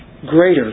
greater